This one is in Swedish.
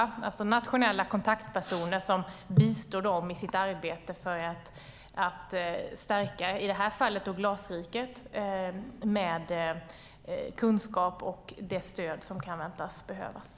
Det är alltså nationella kontaktpersoner som bistår dem i arbetet med att stärka i det här fallet Glasriket, med kunskap och det stöd som kan väntas behövas.